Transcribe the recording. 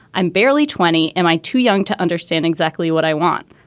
i'm barely twenty. am i too young to understand exactly what i want?